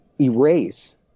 erase